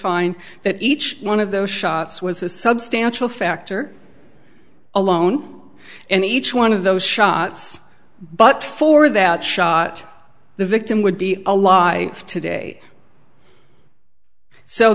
find that each one of those shots was a substantial factor alone and each one of those shots but for that shot the victim would be a lie today so